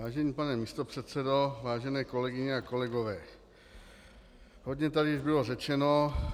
Vážený pane místopředsedo, vážené kolegyně a kolegové, hodně tady již bylo řečeno.